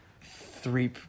Three